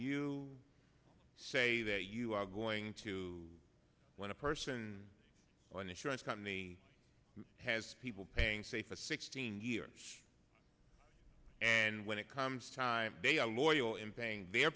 you say that you are going to when a person or an insurance company has people paying say for sixteen years and when it comes time they are loyal in paying their